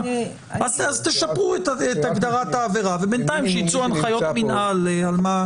אז תשפרו את הגדרת העבירה ובינתיים שייצאו הנחיות יועץ.